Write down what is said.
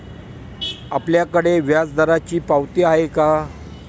आपल्याकडे व्याजदराची पावती आहे का?